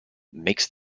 makes